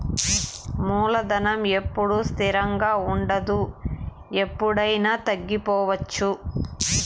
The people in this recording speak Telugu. మూలధనం ఎప్పుడూ స్థిరంగా ఉండదు ఎప్పుడయినా తగ్గిపోవచ్చు